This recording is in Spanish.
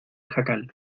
jacal